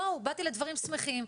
בואו - באתי לדברים שמחים,